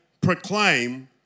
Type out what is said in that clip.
proclaim